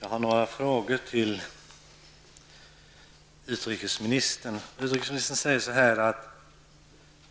Herr talman! Jag har några frågor till utrikesministern. Utrikesministern säger att